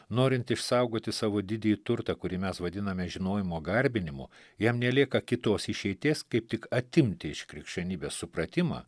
norint išsaugoti savo didįjį turtą kurį mes vadiname žinojimo garbinimu jam nelieka kitos išeities kaip tik atimti iš krikščionybės supratimą